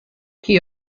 que